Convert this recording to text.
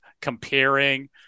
comparing